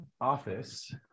office